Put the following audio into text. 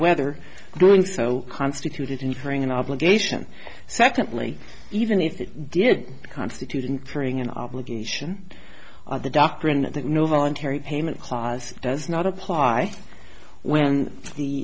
whether doing so constituted incurring an obligation secondly even if it did constitute incurring an obligation of the doctrine that no voluntary payment clause does not apply when the